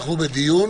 אנחנו בדיון